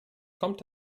kommt